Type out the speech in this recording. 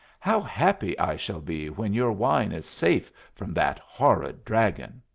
how happy i shall be when your wine is safe from that horrid dragon!